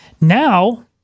Now